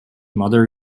mother